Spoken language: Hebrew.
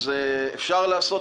אפשר לעשות את זה.